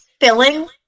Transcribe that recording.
filling